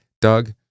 Doug